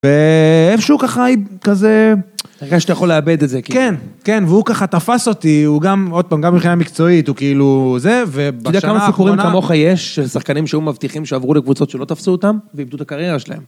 ואיפשהו ככה היית כזה... אתה נראה שאתה יכול לאבד את זה. כן, כן, והוא ככה תפס אותי, הוא גם עוד פעם, גם מבחינה מקצועית הוא כאילו זה, ובשנה האחרונה... אתה יודע כמה סיפורים כמוך יש של שחקנים שהיו מבטיחים שעברו לקבוצות שלא תפסו אותם ואיבדו את הקריירה שלהם?